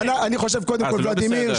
ולדימיר,